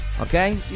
Okay